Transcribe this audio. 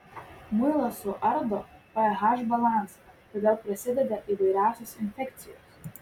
muilas suardo ph balansą todėl prasideda įvairiausios infekcijos